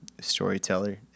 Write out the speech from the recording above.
storyteller